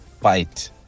Fight